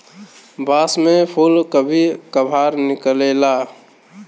बांस में फुल कभी कभार निकलेला